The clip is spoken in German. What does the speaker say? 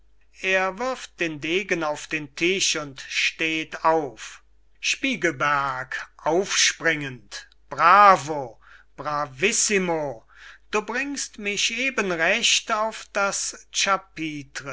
er wirft den degen auf den tisch und steht auf spiegelberg aufspringend bravo bravissimo du bringst mich eben recht auf das